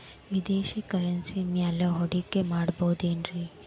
ವಿದೇಶಿ ಕರೆನ್ಸಿ ಮ್ಯಾಲೆ ಹೂಡಿಕೆ ಮಾಡಬಹುದೇನ್ರಿ?